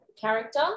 Character